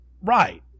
Right